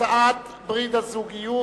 הצעת חוק ברית הזוגיות.